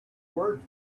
words